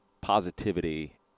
positivity